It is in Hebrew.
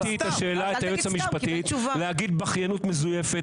שאלתי שאלה את היועצת המשפטית ולהגיד "בכיינות מזויפת",